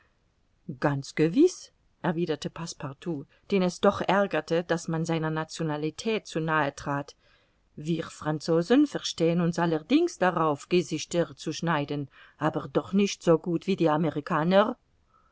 ganz gewiß erwiderte passepartout den es doch ärgerte daß man seiner nationalität zu nahe trat wir franzosen verstehen uns allerdings darauf gesichter zu schneiden aber doch nicht so gut wie die amerikaner